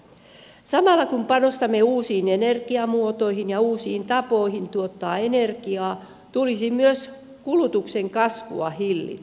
samalla kun panostamme uusiin energiamuotoihin ja uusiin tapoihin tuottaa energiaa tulisi myös kulutuksen kasvua hillitä